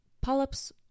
Polyps